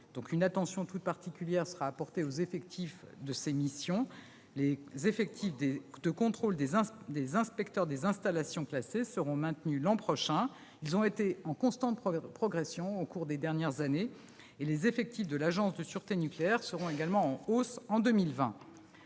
Une attention toute particulière est portée aux effectifs dédiés à ces missions. Les effectifs de contrôle des inspecteurs des installations classées seront maintenus l'an prochain, après avoir été en constante progression durant ces dernières années, et les effectifs de l'Autorité de sûreté nucléaire seront en hausse en 2020.